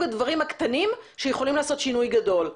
הדברים הקטנים שיכולים לעשות שינוי גדול.